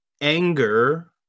anger